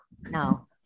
No